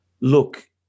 Look